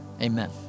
amen